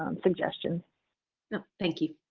um suggestions no, thank you.